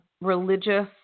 religious